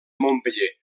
montpeller